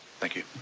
thank you.